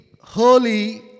holy